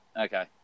Okay